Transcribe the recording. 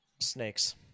snakes